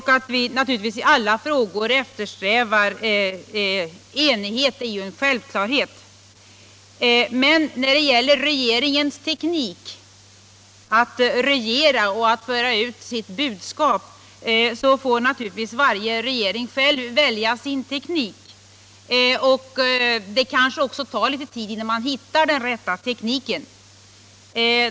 Att vi i alla frågor eftersträvar enighet är en självklarhet. När det gäller att regera och föra ut sitt budskap får naturligtvis varje regering själv välja sin teknik, och det kanske tar litet tid innan man hittar den rätta.